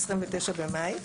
29 במאי,